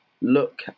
look